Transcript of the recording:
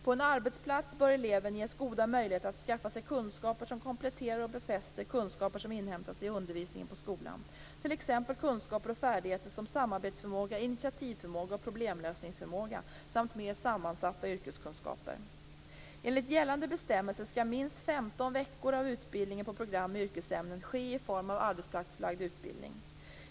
På en arbetsplats bör eleven ges goda möjligheter att skaffa sig kunskaper som kompletterar och befäster kunskaper som inhämtats i undervisningen på skolan, t.ex. kunskaper och färdigheter som samarbetsförmåga, initiativförmåga och problemlösningsförmåga samt mer sammansatta yrkeskunskaper. Enligt gällande bestämmelser skall minst 15 veckor av utbildningen på program med yrkesämnen ske i form av arbetsplatsförlagd utbildning.